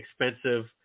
expensive